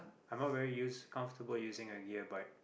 I'm not very use comfortable using a gear bike